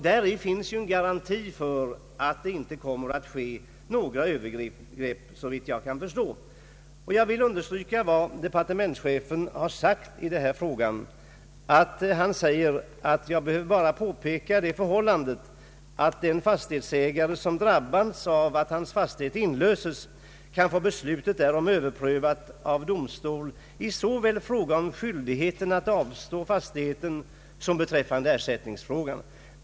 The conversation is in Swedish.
Däri finns en garanti för att det inte kommer att ske några övergrepp, Ssåvitt jag kan förstå. Jag vill understryka vad departementschefen har anfört i denna fråga, nämligen att den fastighetsägare som drabbats av att hans fastighet inlöses kan få beslutet därom överprövat av domstol såväl i fråga om skyldigheten att avstå fastigheten som beträffande ersättningsfrågan.